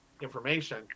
information